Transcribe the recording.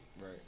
Right